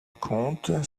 comte